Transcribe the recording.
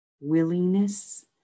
Willingness